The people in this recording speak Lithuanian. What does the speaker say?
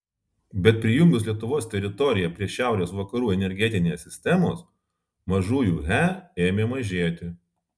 bet prijungus lietuvos teritoriją prie šiaurės vakarų energetinės sistemos mažųjų he ėmė mažėti